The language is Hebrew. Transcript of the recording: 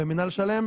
במינהל של"מ.